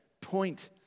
point